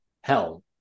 Hell